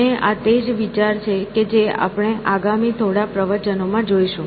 અને આ તે જ વિચાર છે કે જે આપણે આગામી થોડા પ્રવચનોમાં જોઈશું